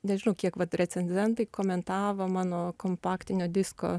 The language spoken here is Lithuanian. nežinau kiek vat recenzentai komentavo mano kompaktinio disko